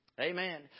Amen